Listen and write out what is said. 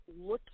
looking